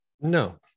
No